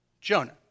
Jonah